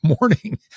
morning